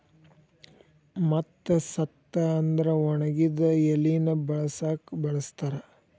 ಮತ್ತ ಸತ್ತ ಅಂದ್ರ ಒಣಗಿದ ಎಲಿನ ಬಿಳಸಾಕು ಬಳಸ್ತಾರ